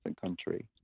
country